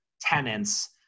tenants